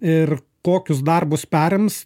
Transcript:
ir kokius darbus perims